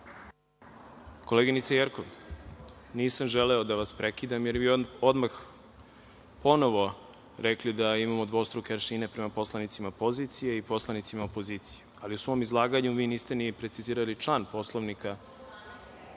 Koleginice Jerkov, nisam želeo da vas prekidam, jer bi odmah, ponovo, rekli da imamo dvostruke aršine prema poslanicima pozicije i prema poslanicima opozicije. Ali, u svom izlaganju vi niste ni precizirali član Poslovnika